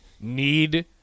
need